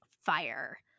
fire